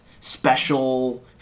special